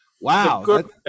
wow